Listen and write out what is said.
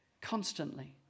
constantly